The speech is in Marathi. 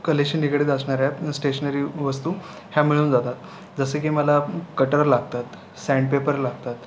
कलेशी निगडीत असणाऱ्या स्टेशनरी वस्तू ह्या मिळून जातात जसे की मला कटर लागतात सँड पेपर लागतात